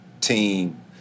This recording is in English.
team